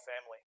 family